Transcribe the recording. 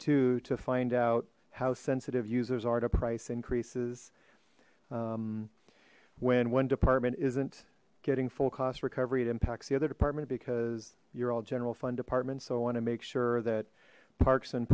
to to find out how sensitive users are to price increases when one department isn't getting full cost recovery it impacts the other department because you're all general fund department so i want to make sure that parks and